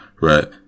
right